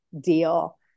deal